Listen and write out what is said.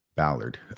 Ballard